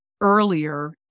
earlier